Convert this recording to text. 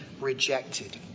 rejected